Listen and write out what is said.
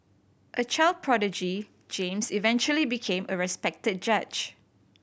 a child prodigy James eventually became a respected judge